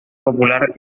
popular